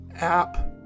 app